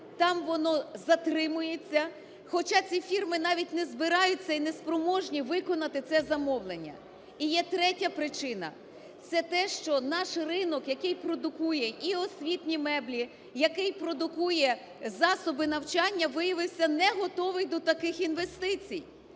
там воно затримується, хоча ці фірмі навіть не збираються і неспроможні виконати це замовлення. І є третя причина – це те, що наш ринок, який продукує і освітні меблі, який продукує, засоби навчання, виявився неготовий до таких інвестицій.